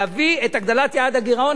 להביא את הגדלת יעד הגירעון,